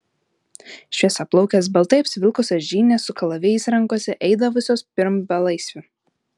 šviesiaplaukės baltai apsivilkusios žynės su kalavijais rankose eidavusios pirm belaisvių